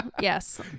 yes